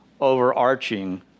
overarching